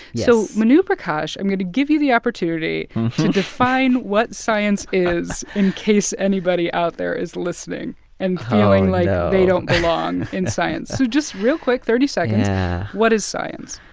so, manu prakash, i'm going to give you the opportunity to define what science is in case anybody out there is listening and feeling like they don't belong in science. so just real quick thirty seconds yeah what is science?